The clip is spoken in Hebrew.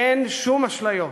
אין שום אשליות.